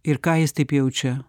ir ką jis taip jaučia